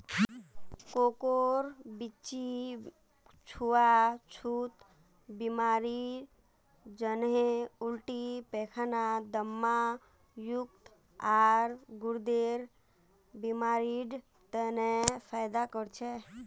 कोकोर बीच्ची छुआ छुत बीमारी जन्हे उल्टी पैखाना, दम्मा, यकृत, आर गुर्देर बीमारिड तने फयदा कर छे